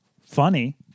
funny